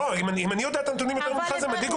אם אני יודע את הנתונים יותר ממך זה מדאיג אותי,